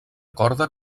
corda